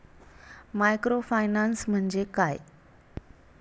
Microfinance म्हणजे काय?